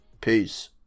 Peace